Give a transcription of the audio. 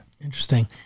Interesting